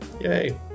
Yay